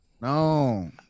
No